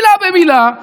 מילה במילה,